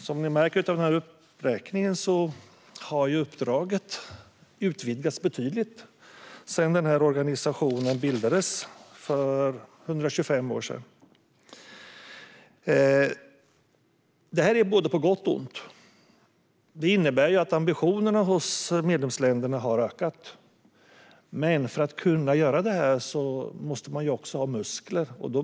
Som ni märker av den uppräkningen har uppdraget utvidgats betydligt sedan organisationen bildades för 125 år sedan. Det är på både gott och ont. Det innebär att ambitionerna hos medlemsländerna har ökat. Men för att kunna göra det här måste man också ha muskler.